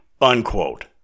unquote